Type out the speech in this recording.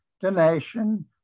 donation